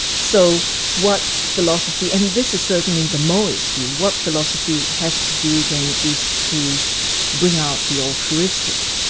so what philosophy and this is certainly the mohist view what philosophy has to do then is to bring out the altruistic,